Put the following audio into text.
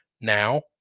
now